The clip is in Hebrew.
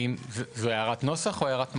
זו הערת נוסח או הערת מהות?